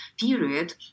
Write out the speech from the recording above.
period